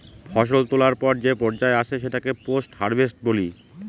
ফসল তোলার পর যে পর্যায় আসে সেটাকে পোস্ট হারভেস্ট বলি